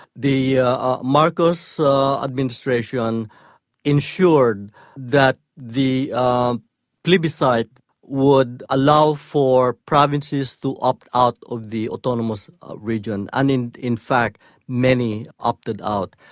the ah marcos administration ensured that the plebiscite would allow for provinces to opt out of the autonomous region, and in in fact many opted out.